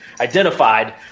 identified